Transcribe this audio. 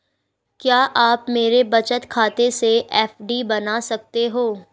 क्या आप मेरे बचत खाते से एफ.डी बना सकते हो?